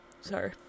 Sorry